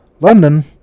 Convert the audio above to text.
London